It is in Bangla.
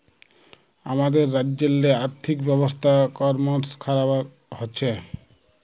আমাদের রাজ্যেল্লে আথ্থিক ব্যবস্থা করমশ খারাপ হছে